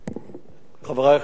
חברי חברי הכנסת,